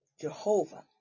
jehovah